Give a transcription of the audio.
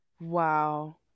Wow